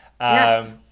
Yes